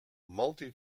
multi